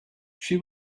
she